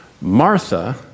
Martha